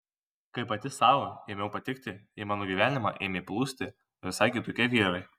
kai pati sau ėmiau patikti į mano gyvenimą ėmė plūsti visai kitokie vyrai